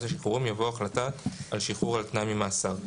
השחרורים" יבוא "החלטה על שחרור על תנאי ממאסר".